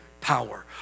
power